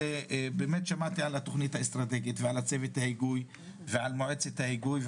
שמעתי על התוכנית האסטרטגית ועל צוות ההיגוי ומועצת ההיגוי.